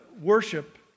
worship